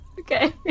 Okay